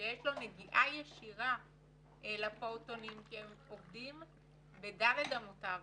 שיש לו נגיעה ישירה לפעוטונים כי הם עובדים ב-ד' אמותיו